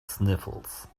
sniffles